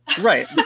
right